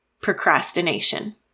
Procrastination